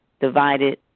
Divided